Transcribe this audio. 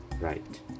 right